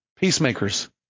peacemakers